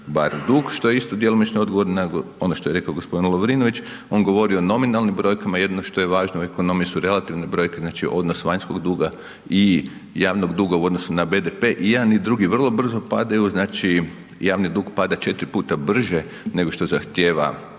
bar dug, što je isto djelomično odgovor na ono što je rekao g. Lovrinović, on govori o nominalnim brojkama, jedino što je važno u ekonomiji su relativne brojke, znači odnos vanjskog duga i javnog duga u odnosu na BDP i jedan i drugi vrlo brzo padaju, znači javni dug pada 4 puta brže nego što zahtjeva